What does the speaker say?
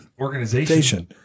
organization